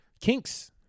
kinks